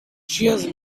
cheers